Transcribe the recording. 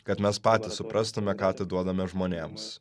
kad mes patys suprastume ką atiduodame žmonėms